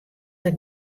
der